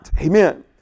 Amen